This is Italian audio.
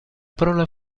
parola